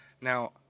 Now